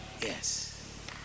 Yes